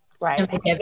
Right